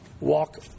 walk